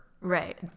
right